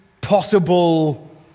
possible